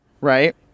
right